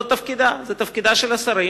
זה תפקידה, תפקידם של השרים.